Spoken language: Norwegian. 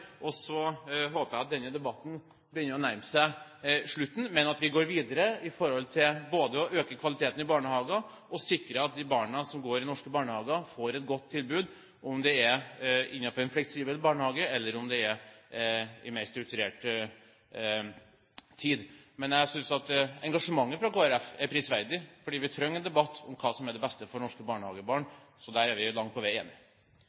Så håper jeg at denne debatten begynner å nærme seg slutten, men at vi går videre når det gjelder både å øke kvaliteten i barnehager og å sikre at de barna som går i norske barnehager, får et godt tilbud – om det er innenfor en fleksibel barnehage, eller om det er i mer strukturert tid. Jeg synes engasjementet fra Kristelig Folkeparti er prisverdig, for vi trenger en debatt om hva som er det beste for norske barnehagebarn. Der er vi langt på vei